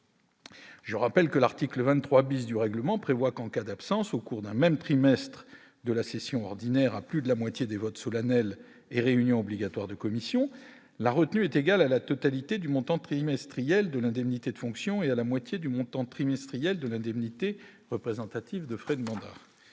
Je rappelle que l'article 23 bis du règlement prévoit qu'en cas d'absence au cours d'un même trimestres de la session ordinaire à plus de la moitié des votes solennels et réunions obligatoires de commission, la retenue est égal à la totalité du montant trimestriel de l'indemnité de fonction et à la moitié du montant trimestriel de l'indemnité représentative de frais de bombes,